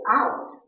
out